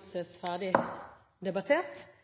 13 og 14.